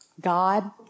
God